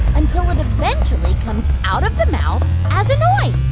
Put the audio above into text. until it eventually comes out of the mouth as a noise oh